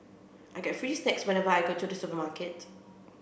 I get free snacks whenever I go to the supermarket